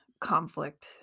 conflict